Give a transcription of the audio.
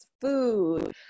food